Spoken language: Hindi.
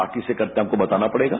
बाकी से करते हैं आपको बताना पड़ेगा